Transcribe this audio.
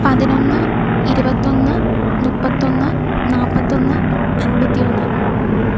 പതിനൊന്ന് ഇരുപത്തിയൊന്ന് മുപ്പത്തിയൊന്ന് നാല്പത്തിയൊന്ന് അൻപത്തിയൊന്ന്